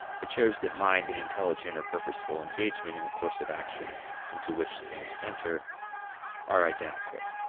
it shows that mind and intelligent or purposeful engagement in a course of action into which things enter are identical.